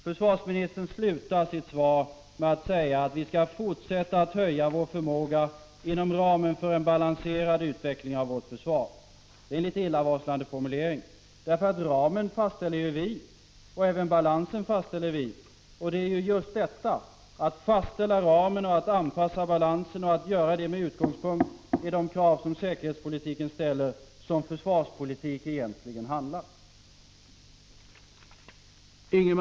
Försvarsministern slutar sitt svar med att säga att vi skall fortsätta att höja vår förmåga ”inom ramen för en balanserad utveckling av vårt försvar”. Det är en illavarslande formulering. Ramen fastställer nämligen vi, och vi fastställer även balansen. Det är just detta — att fastställa ramen och att anpassa balansen, och att göra det med utgångspunkt i de krav som säkerhetspolitiken ställer — som försvarspolitik egentligen handlar om.